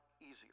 easier